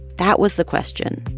that was the question.